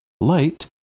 light